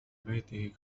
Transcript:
بيته